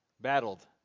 battled